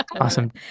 Awesome